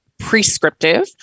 Prescriptive